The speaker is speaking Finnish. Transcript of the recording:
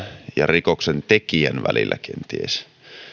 ja rikoksentekijän välillä